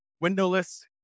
windowless